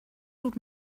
old